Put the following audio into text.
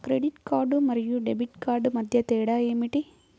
Credit card మరియు debit card మధ్య తేడా ఏమిటి?